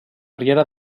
riera